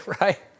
right